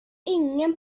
ingen